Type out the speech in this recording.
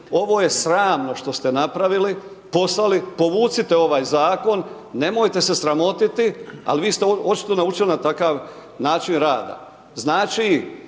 ovo je sramno što ste napravili, poslali, povucite ovaj zakon, nemojte se sramotiti ali vi ste očito naučili na takav način rada. Znači